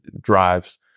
drives